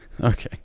Okay